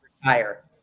Retire